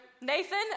Nathan